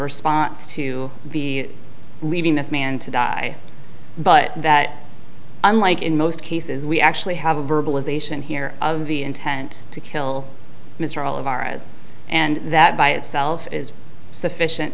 response to the leaving this man to die but that unlike in most cases we actually have a verbalization here of the intent to kill mr all of our eyes and that by itself is sufficient